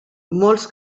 molts